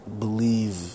believe